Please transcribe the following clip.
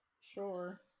Sure